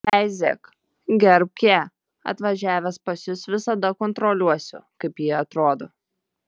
veizėk gerbk ją atvažiavęs pas jus visados kontroliuosiu kaip ji atrodo